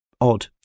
odd